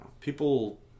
People